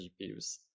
GPUs